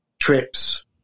trips